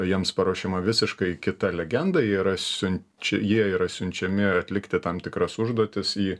jiems paruošiama visiškai kita legenda jie yra siunčia jie yra siunčiami atlikti tam tikras užduotis į